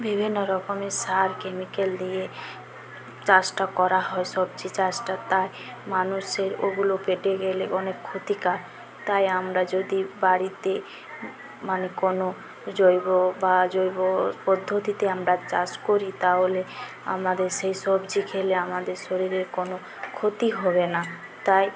বিভিন্ন রকমের সার কেমিকেল দিয়ে চাষটা করা হয় সবজি চাষটা তাই মানুষের ওগুলো পেটে গেলে অনেক ক্ষতিকার তাই আমরা যদি বাড়িতে মানে কোনো জৈব বা জৈব পদ্ধতিতে আমরা চাষ করি তাহলে আমাদের সেই সবজি খেলে আমাদের শরীরের কোনো ক্ষতি হবে না তাই